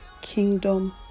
kingdom